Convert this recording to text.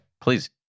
please